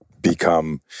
become